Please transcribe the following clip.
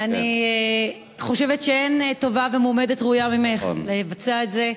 אני חושבת שאין טובה ומועמדת ראויה ממך לבצע את זה.